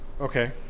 Okay